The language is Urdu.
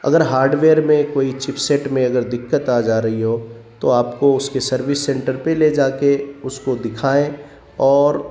اگر ہارڈ ویئر میں کوئی چپسییٹ میں اگر دقت آ جا رہی ہو تو آپ کو اس کے سروس سینٹر پہ لے جا کے اس کو دکھائیں اور